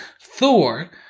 Thor